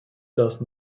does